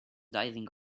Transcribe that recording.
diving